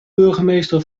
burgemeester